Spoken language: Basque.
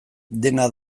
dena